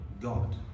God